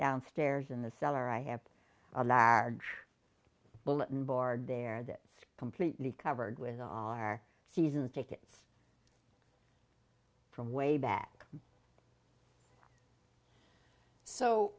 downstairs in the cellar i have a large bulletin board there that's completely covered with all our season tickets from way back so